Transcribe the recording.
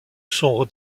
sont